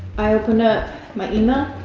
i opened up my email.